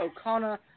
O'Connor